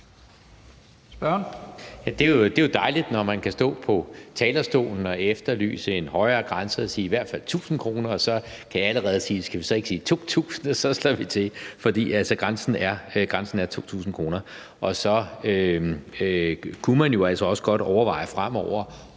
Det er jo dejligt, når man kan stå på talerstolen og efterlyse en højere grænse og sige i hvert fald 1.000 kr. og jeg så kan sige: Skal vi så ikke sige 2.000 kr., og så slår vi til? For grænsen er 2.000 kr. Så kunne man jo altså også godt overveje fremover,